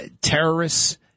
terrorists